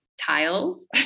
tiles